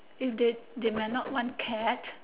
if they they might not want cat